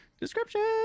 description